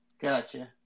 Gotcha